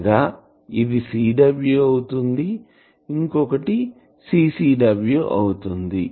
అనగా ఇది CW అవుతుంది ఇది CCW అవుతుంది